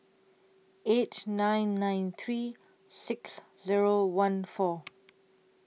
eight nine nine three six Zero one four